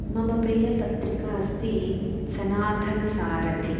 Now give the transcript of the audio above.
मम प्रियपत्रिका अस्ति सनातनसारथिः